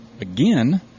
again